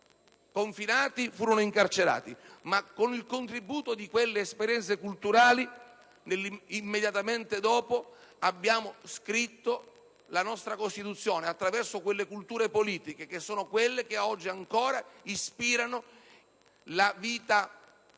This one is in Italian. confinati e incarcerati. Ma con il contributo di quelle esperienze culturali, immediatamente dopo, abbiamo scritto la nostra Costituzione, attraverso culture politiche che sono quelle che oggi ancora ispirano la vita politica